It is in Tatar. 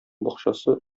бакчасы